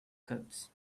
cubes